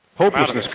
Hopelessness